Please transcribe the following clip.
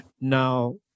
Now